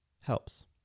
helps